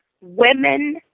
women